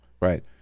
Right